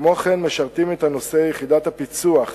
כמו-כן משרתת את הנושא יחידת הפיצו"ח